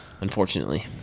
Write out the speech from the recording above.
Unfortunately